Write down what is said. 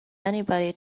anybody